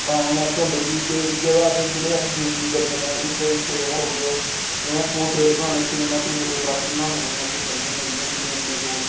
prime lens होंदे जी जेह्दा अस जि'नेंगी अस जूम निं सकने इक इक्कै जगह रौंह्दे ओह् इयां पोर्ट्रेट बनाने सिनेमैटिक वीडियोग्राफी बनाने ताईं अस ओह् करने होन्ने जि'यां कि